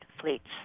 fleets